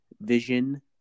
vision